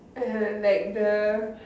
uh like the